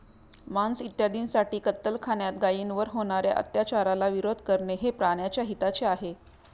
मांस इत्यादींसाठी कत्तलखान्यात गायींवर होणार्या अत्याचाराला विरोध करणे हे प्राण्याच्या हिताचे आहे